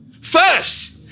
first